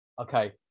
okay